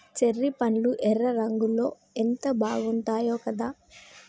cherry పండ్లు ఎర్ర రంగులో ఎంత బాగుంటాయో కదా